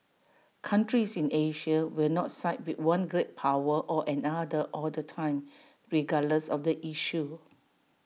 countries in Asia will not side with one great power or another all the time regardless of the issue